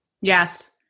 Yes